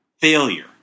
failure